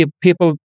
people